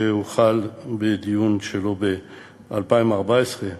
שהוחל בדיון עליו ב-2014,